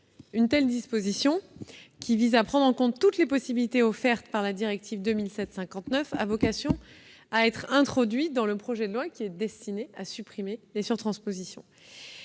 Une telle disposition, qui vise à prendre en compte toutes les possibilités offertes par la directive 2007/59/CE, a vocation à être introduite dans le projet de loi destiné à supprimer les surtranspositions.